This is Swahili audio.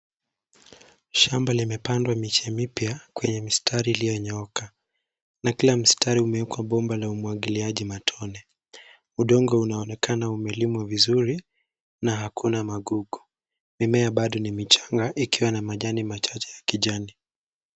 Shamba limepandwa miche mipya kwenye mistari iliyonyooka na kila mstari umewekwa bomba la umwagiliaji matone. Udongo unaonekana umelimwa vizuri na hakuna magugu. Mimea bado ni michanga ikiwa na majani machache ya kijani.